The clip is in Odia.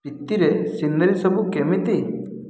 ସ୍ପିତିରେ ସିନେରି ସବୁ କେମିତି